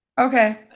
okay